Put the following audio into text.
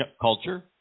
culture